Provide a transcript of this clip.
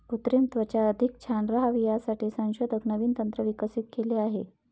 कृत्रिम त्वचा अधिक छान राहावी यासाठी संशोधक नवीन तंत्र विकसित केले आहे